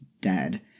dead